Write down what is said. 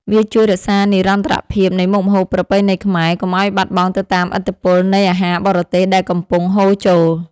វាជួយរក្សានិរន្តរភាពនៃមុខម្ហូបប្រពៃណីខ្មែរ កុំឱ្យបាត់បង់ទៅតាមឥទ្ធិពលនៃអាហារបរទេសដែលកំពុងហូរចូល។